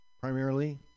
primarily